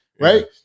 right